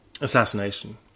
Assassination